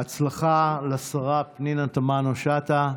(חותמת על ההצהרה) בהצלחה לשרה פנינה תמנו שטה.